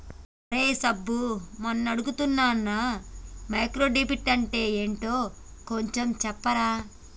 రేయ్ సబ్బు మొన్న అడుగుతున్నానా మైక్రో క్రెడిట్ అంటే ఏంటో కొంచెం చెప్పరా